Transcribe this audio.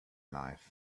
life